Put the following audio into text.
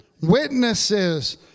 witnesses